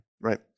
right